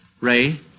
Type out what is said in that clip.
Ray